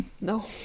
No